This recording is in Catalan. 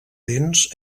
dents